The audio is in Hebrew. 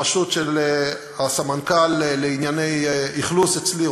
בראשות הסמנכ"ל לענייני אכלוס אצלי,